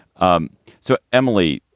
um so, emily,